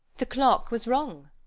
the clock was wrong.